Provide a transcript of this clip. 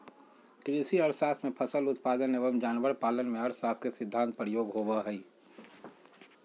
कृषि अर्थशास्त्र में फसल उत्पादन एवं जानवर पालन में अर्थशास्त्र के सिद्धान्त प्रयोग होबो हइ